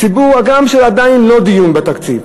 גם כשעדיין לא דנים בתקציב,